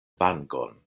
vangon